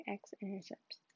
x-intercepts